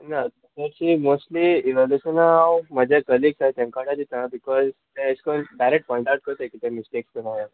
ना तशें मोस्टली इवेलुशना हांव म्हजे कलिग्स आहाय तेंकोडा दिता बिकॉज ते एश कोन डायरेक्ट पोयंट आवट कोरताय कितें मिस्टेक्स बी आहा जाल्यार